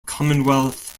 commonwealth